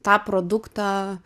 tą produktą